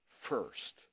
first